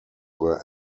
were